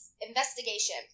investigation